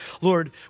Lord